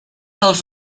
dels